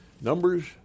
Numbers